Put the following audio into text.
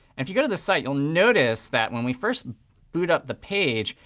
and if you go to the site, you'll notice that when we first boot up the page,